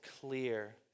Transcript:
clear